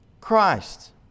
Christ